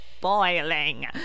boiling